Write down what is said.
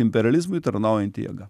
imperializmui tarnaujanti jėga